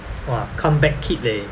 !wah! comeback kid leh